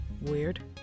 Weird